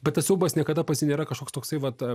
bet tas siaubas niekada pas jį nėra kažkoks toksai vat